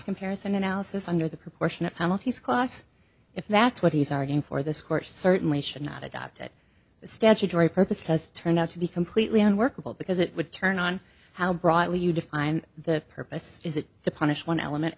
comparison analysis under the proportionate penalties class if that's what he's arguing for the score certainly should not adopted the statutory purpose test turned out to be completely unworkable because it would turn on how broadly you define the purpose is it to punish one element